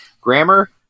grammar